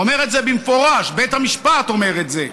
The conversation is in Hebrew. הוא אומר את זה במפורש, בית המשפט אומר את זה.